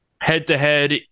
Head-to-head